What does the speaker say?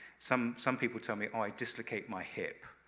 some some people tell me, oh, i dislocate my hip.